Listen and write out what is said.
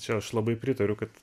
čia aš labai pritariu kad